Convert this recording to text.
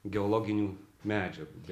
geologinių medžiagų